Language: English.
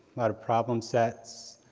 lot of problem sets,